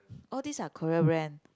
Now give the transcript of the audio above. all these are Korea brand